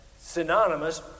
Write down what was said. Synonymous